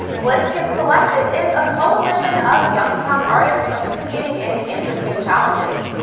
bliss kids collective is a coalition of youngstown artists participating in interesting challenges.